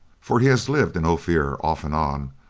for he's lived in ophir, off and on,